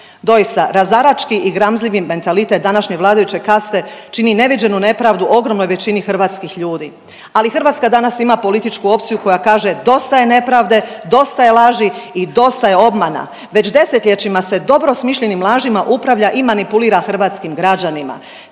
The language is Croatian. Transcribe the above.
Doista, razarački i gramzljivi mentalitet današnje vladajuće kaste čini neviđenu nepravdu ogromnoj većini hrvatskih ljudi, ali Hrvatska danas ima političku opciju koja kaže dosta je nepravde, dosta je laži i dosta je obmana. Već desetljećima se dobro smišljenim lažima upravlja i manipulira hrvatskim građanima